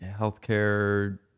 healthcare